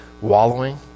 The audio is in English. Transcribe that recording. wallowing